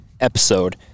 episode